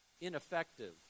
ineffective